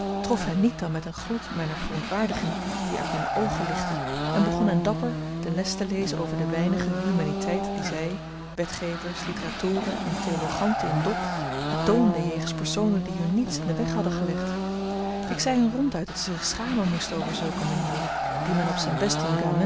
hen niet dan met den gloed mijner verontwaardiging die uit mijne oogen lichtte en begon hen dapper de les te lezen over de weinige humaniteit die zij wetgevers litteratoren en theologanten in dop betoonden jegens personen die hun niets in den weg hadden gelegd ik zei hun ronduit dat zij zich schamen moesten over zulke manieren die men op zijn best in